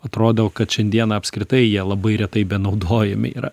atrodo kad šiandieną apskritai jie labai retai benaudojami yra